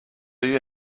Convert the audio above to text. you